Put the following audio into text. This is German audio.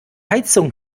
heizung